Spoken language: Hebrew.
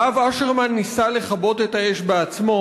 הרב אשרמן ניסה לכבות את האש בעצמו,